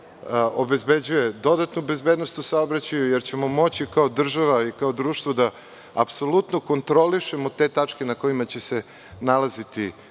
obezbeđuje dodatnu bezbednost u saobraćaju, jer ćemo moći kao država i kao društvo da apsolutno kontrolišemo te tačke na kojima će se nalaziti